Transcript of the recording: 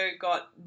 got